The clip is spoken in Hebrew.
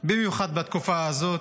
חשוב מאוד במיוחד בתקופה הזאת,